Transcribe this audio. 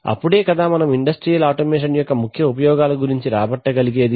అప్పుడే కదా మనము ఇండస్ట్రియల్ ఆటోమేషన్ యొక్క ముఖ్య ఉపయోగాల గురించి రాబట్ట గలిగేది